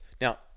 Now